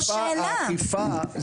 לכן אני אומר, האכיפה.